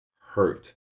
hurt